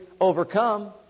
overcome